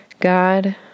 God